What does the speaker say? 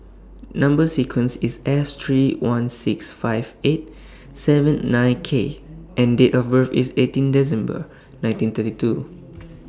Number sequence IS S three one six five eight seven nine K and Date of birth IS eighteen December nineteen thirty two